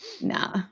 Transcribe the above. Nah